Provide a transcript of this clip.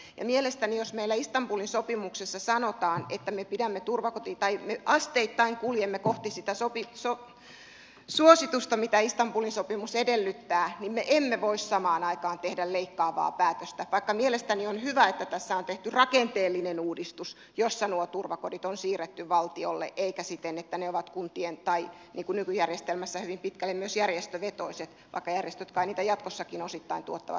ja mielestäni jos meillä istanbulin sopimuksessa sanotaan että me asteittain kuljemme kohti sitä suositusta mitä istanbulin sopimus edellyttää me emme voi samaan aikaan tehdä leikkaavaa päätöstä vaikka mielestäni on hyvä että tässä on tehty rakenteellinen uudistus jossa nuo turvakodit on siirretty valtiolle eikä siten että ne ovat kunta tai niin kuin hyvin pitkälle myös nykyjärjestelmässä järjestövetoisia vaikka järjestöt kai niitä jatkossakin osittain tuottavat